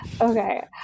Okay